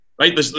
right